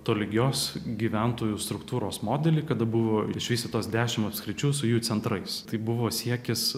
tolygios gyventojų struktūros modelį kada buvo išvystytos dešimt apskričių su jų centrais tai buvo siekis